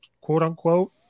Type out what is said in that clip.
quote-unquote